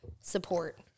support